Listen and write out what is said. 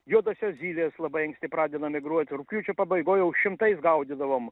juodosios zylės labai anksti pradeda migruot rugpjūčio pabaigoj jau šimtais gaudydavom